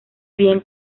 bien